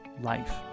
life